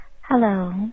Hello